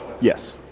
Yes